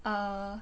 err